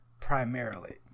primarily